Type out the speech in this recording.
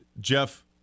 Jeff